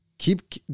Keep